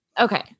Okay